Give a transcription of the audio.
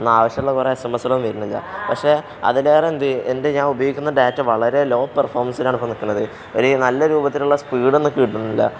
എന്നാൽ ആവശ്യമുള്ള കുറേ എസ് എം എസ്സോും വരുന്നില്ല പക്ഷേ അതിലേറെ എന്ത് എൻ്റെ ഞാൻ ഉപയോഗിക്കുന്ന ഡാറ്റ വളരെ ലോ പെർഫോമൻസിനാണ് ഇപ്പം നിൽക്കുന്നത് ഒരു നല്ല രൂപത്തിലുള്ള സ്പീഡ് ഒന്നും കിട്ടുന്നില്ല